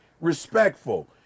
respectful